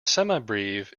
semibrieve